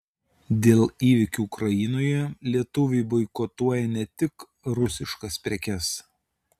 dėl įvykių ukrainoje lietuviai boikotuoja ne tik rusiškas prekes